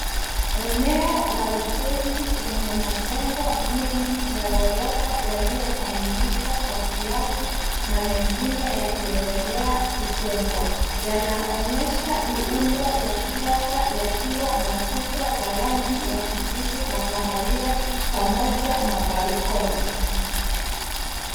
Eneo la ujenzi lenye majengo mengi ya gorofa yaliyo kamilika kwa kiasi na mengine yakiendelea kujengwa yanaonyesha miundo ya kisasa yakiwa na kuta za rangi ya kijivu na kahawia pamoja na balcony .